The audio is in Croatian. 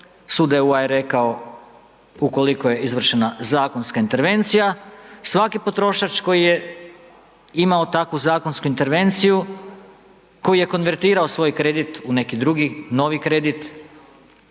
Sud EU-a je rekao ukoliko je izvršena zakonska intervencija, svaki potrošač koji je imao takvu zakonsku intervenciju, koji je konvertirao svoj kredit u neki drugi, novi kredit,